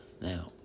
Now